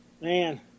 Man